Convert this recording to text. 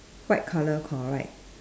white colour correct